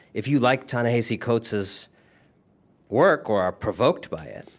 if you like ta-nehisi coates's work or are provoked by it,